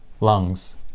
lungs